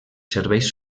serveis